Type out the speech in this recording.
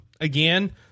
again